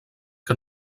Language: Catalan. que